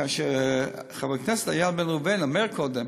כאשר חבר הכנסת איל בן ראובן אמר קודם